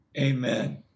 Amen